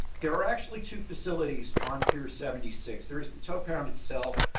there are actually two facilities on pier seventy six there is the toe parent itself.